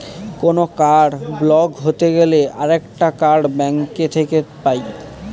কোনো card block হতে গেলে আরেকটা কার্ড ব্যাঙ্ক থেকে পাই